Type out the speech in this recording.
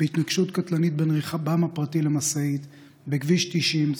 בהתנגשות קטלנית בין רכבם הפרטי למשאית בכביש 90,